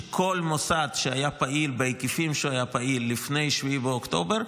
שכל מוסד שהיה פעיל בהיקפים שהוא היה פעיל לפני 7 באוקטובר,